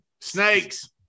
snakes